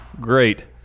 Great